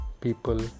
people